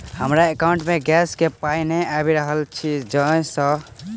हमरा एकाउंट मे गैस केँ पाई नै आबि रहल छी सँ लेल?